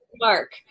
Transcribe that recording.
Mark